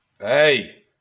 Hey